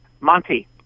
Monty